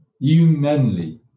Humanly